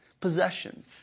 possessions